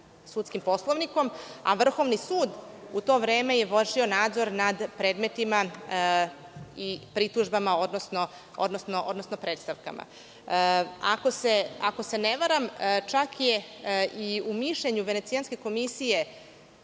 sudskim poslovnikom, a vrhovni sud u to vreme je vršio nadzor nad predmetima i pritužbama, odnosno predstavkama. Ako se ne varam, čak je i u mišljenju Venecijanske komisije